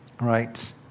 right